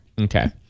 Okay